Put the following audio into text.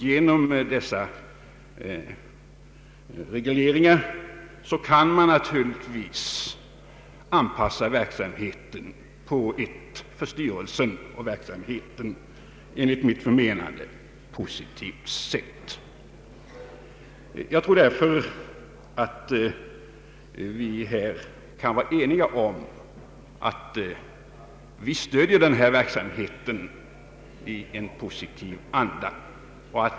Genom dessa regleringar kan man anpassa verksamheten på ett för styrelsen och verksamheten positivt sätt. Vi kan därför vara eniga om att vi oavsett ställningstagande i anslagsfrågan stöder den här verksamheten i en positiv anda.